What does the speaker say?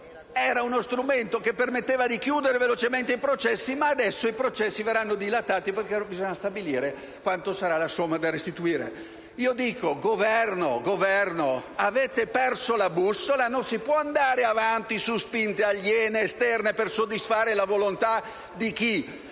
ma giova ripeterlo - permetteva di chiudere velocemente i processi, ma adesso i processi verranno dilatati perché bisogna stabilire quale sarà la somma da restituire. A questo punto, chiedo al Governo se ha perso la bussola. Non si può andare avanti su spinte aliene ed esterne per soddisfare la volontà di chi